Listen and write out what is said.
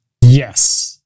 Yes